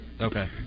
Okay